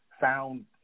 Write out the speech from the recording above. found